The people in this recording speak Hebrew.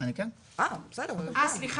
המשטרה עובדת ואני כן אשמח,